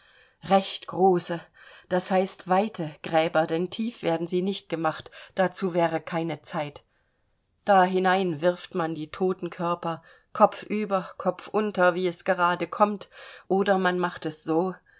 recht große das heißt weite gräber denn tief werden sie nicht gemacht dazu wäre keine zeit dahinein wirft man die toten körper kopfüber kopfunter wie es gerade kommt oder man macht es so